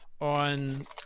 on